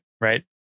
right